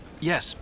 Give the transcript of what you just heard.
Yes